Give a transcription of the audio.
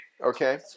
okay